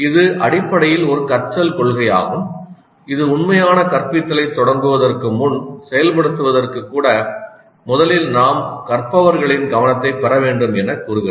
இது அடிப்படையில் ஒரு கற்றல் கொள்கையாகும் இது உண்மையான கற்பித்தலைத் தொடங்குவதற்கு முன் செயல்படுத்துவதற்கு கூட முதலில் நாம் கற்பவர்களின் கவனத்தைப் பெற வேண்டும் என கூறுகிறது